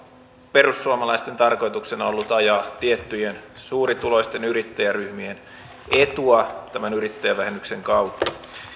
perussuomalaisten tarkoituksena ollut ajaa tiettyjen suurituloisten yrittäjäryhmien etua tämän yrittäjävähennyksen kautta